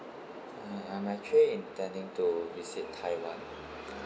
um I'm actually intending to visit taiwan